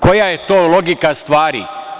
Koja je to logika stvari?